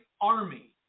army